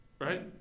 right